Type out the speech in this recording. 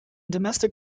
domestic